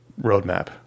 roadmap